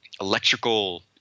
electrical